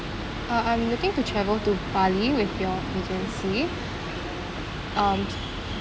uh I'm looking to travel to bali with your agency um